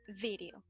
video